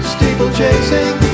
Steeplechasing